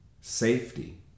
safety